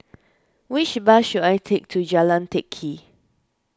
which bus should I take to Jalan Teck Kee